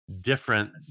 different